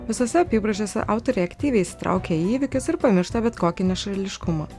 visose apybraižose autoriai aktyviai įsitraukia į įvykius ir pamiršta bet kokį nešališkumą